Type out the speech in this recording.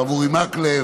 הרב אורי מקלב,